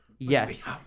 Yes